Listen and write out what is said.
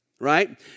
right